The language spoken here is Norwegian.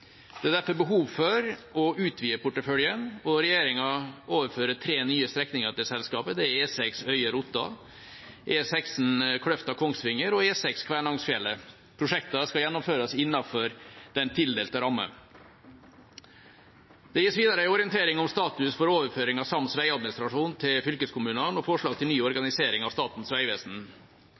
Det er derfor behov for å utvide porteføljen, og regjeringen overfører tre nye strekninger til selskapet. Det er E6 Øyer–Otta, E16 Kløfta–Kongsvinger og E6 Kvænangsfjellet. Prosjektene skal gjennomføres innenfor den tildelte rammen. Det gis videre en orientering om status for overføring av sams vegadministrasjon til fylkeskommunene og forslag til ny organisering av Statens vegvesen.